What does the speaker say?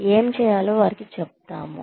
ఏమి చేయాలో వారికి చెప్తాము